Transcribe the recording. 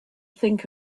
think